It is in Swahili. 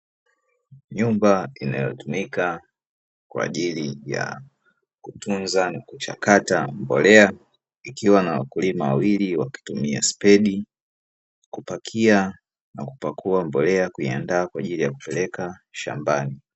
Nyumba inayotumika kwa ajili ya kutunza na kuchakata mbolea ikiwa na wakulima wawili wanaotumia spedi kupakia na kupakuwa mbolea kuandaa kwa ajili ya kupeleka shambani.